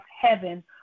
heaven